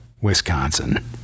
Wisconsin